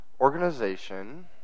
organization